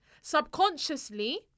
subconsciously